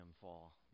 fall